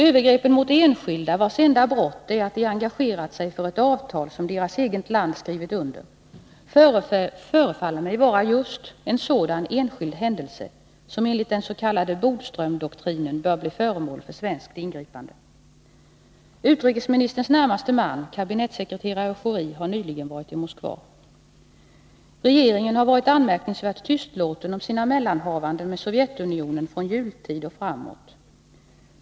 Övergreppen mot enskilda vilkas enda brott är att de engagerat sig för ett avtal, som deras eget land skrivit under förefaller mig vara just en sådan enskild händelse som enligt den s.k. Bodströmsdoktrinen bör bli föremål för svenskt ingripande. Utrikesministerns närmaste man, kabinettssekreterare Schori, har nyligen varit i Moskva. Regeringen har varit anmärkningsvärt tystlåten om sina mellanhavanden med Sovjetunionen från jultid och framåt.